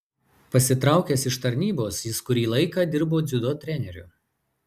pasitraukęs iš tarnybos jis kurį laiką dirbo dziudo treneriu